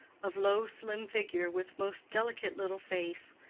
of low slim figure, with most delicate little face,